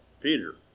Peter